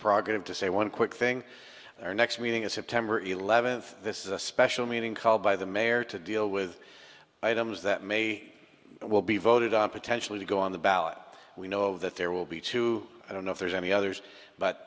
prerogative to say one quick thing our next meeting is september eleventh this is a special meeting called by the mayor to deal with items that may well be voted on potentially to go on the ballot we know that there will be two i don't know if there's any others but